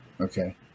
Okay